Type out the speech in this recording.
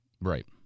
Right